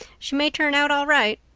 she may turn out all right.